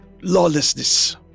lawlessness